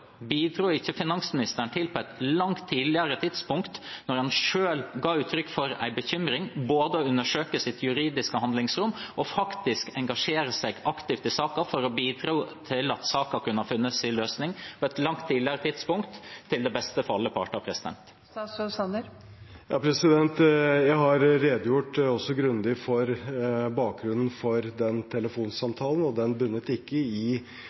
når han selv ga uttrykk for en bekymring, på et langt tidligere tidspunkt til både å undersøke sitt juridiske handlingsrom og faktisk engasjere seg aktivt i saken for å bidra til at den kunne finne sin løsning på et langt tidligere tidspunkt, til beste for alle parter? Jeg har redegjort grundig for bakgrunnen for den telefonsamtalen, og den bunnet ikke i